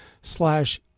slash